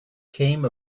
came